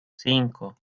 cinco